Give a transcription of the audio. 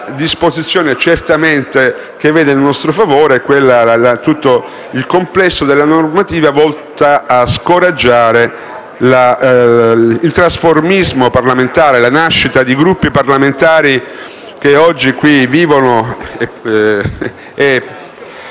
vede certamente il nostro favore riguarda il complesso della normativa volta a scoraggiare il trasformismo parlamentare e la nascita di Gruppi parlamentari che oggi qui vivono senza